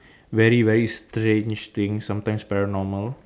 very very strange things sometimes paranormal